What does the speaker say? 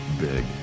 big